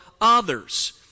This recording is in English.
others